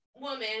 woman